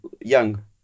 young